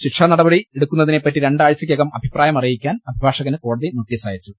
ശിക്ഷാനടപടി എടുക്കുന്നതിനെ പറ്റി രണ്ടാഴ്ചക്കകം അഭിപ്രായം അറിയിക്കാൻ അഭിഭാഷകന് കോടതി നോട്ടീസ് അയച്ചു